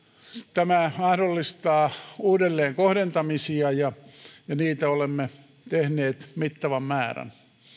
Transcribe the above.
tämä mahdollistaa uudelleenkohdentamisia ja niitä olemme tehneet mittavan määrän